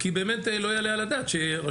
כי באמת לא יעלה על הדעת שרשות